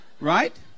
Right